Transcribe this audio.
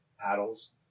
Paddles